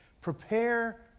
prepare